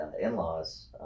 in-laws